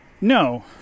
no